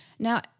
Now